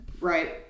Right